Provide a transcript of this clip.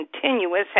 continuous